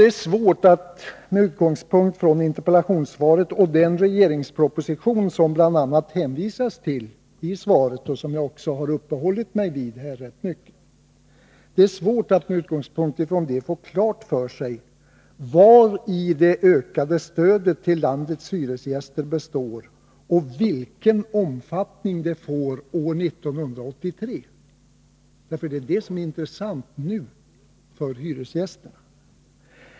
Det är svårt att med utgångspunkt från interpellationssvaret och den regeringsproposition som det bl.a. hänvisas till i svaret, och som jag också har uppehållit mig rätt mycket vid, få klart för sig vari det ökade stödet till landets hyresgäster består och vilken omfattning det får år 1983. Det är Nr 26 det som är intressant för hyresgästerna.